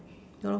so